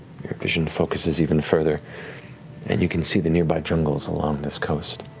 your vision focuses even further and you can see the nearby jungles along this coast.